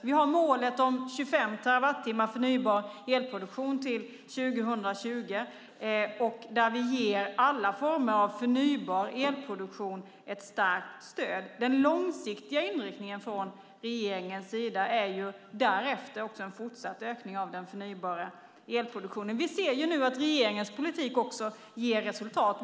Vi har målet 25 terawattimmar förnybar elproduktion till 2020 och ger alla former av förnybar elproduktion ett starkt stöd. Den långsiktiga inriktningen från regeringens sida är därefter också en fortsatt ökning av den förnybara elproduktionen. Vi ser nu att regeringens politik ger resultat.